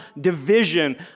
division